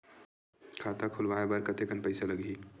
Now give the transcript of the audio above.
खाता खुलवाय बर कतेकन पईसा लगही?